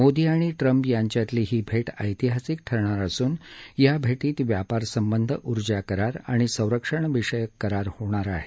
मोदी आणि ट्रम्प यांच्यातली ही भेट ऐतिहासिक ठरणार असून या भेटीत व्यापार संबंध ऊर्जा करार आणि संरक्षण विषयक करार होणार आहेत